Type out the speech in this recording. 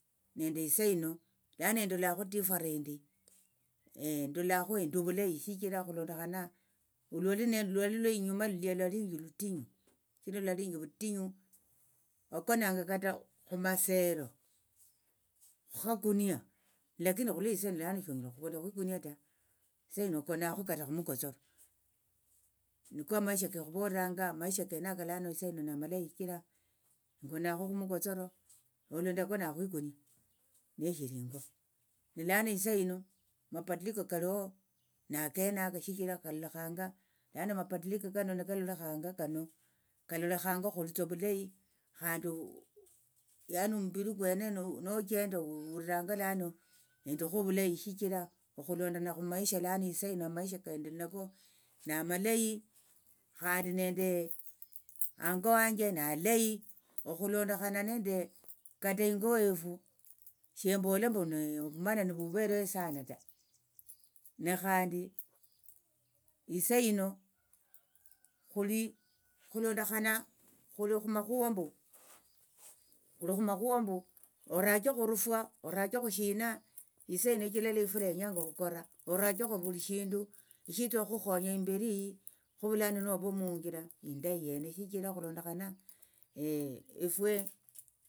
Nende isahino lano endolakho tiffarent endolakho endi ovulayi shichira okhulondokhana olwali lweinyuma lulia lwalinji olutinyu shichira lwalinji ovutinyu wakonanga kata khumasero khukhakunia lakini khulwo isahino lano shanyala okhukona khwikunia ta sahino okonakho kata khumukotsoro niko amaisha kekhuvoleranga amaisha kenaka lano sahino namalayi shichira ingonakho khumukotsoro olo ndakonanga khwikunia neshiri ingo nilano isahino mapatiliko kaliho nakenaka shichira kalolekhanga lano mapatiliko kano nikalolekhanga kano kalolekhanga khulitsa ovulayi khandi yani omumbiri kwene nochenda ohuliranga lano indikho ovulayi shichira okhulondokhana khumaisha lano isahino amaisha kendi nako namalayi khandi nende hango wanje na alayi okhulondokhana nende kata ingo wefu shembola mbu ovumanani vuvereyo sana ta ne khandi isahino khuli okhulondokhana khuli khumakhuva mbu khulikhumakhuva mbu orachekhu orufwa orachekho shina isahino shichira lweifula yenyanga okhukora orachekho vuli shindu shitsa okhukhonya imbiri iyi khovulano nove munjira indayi yene shichira okhulondokhana.